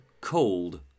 Cold